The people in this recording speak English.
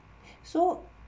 so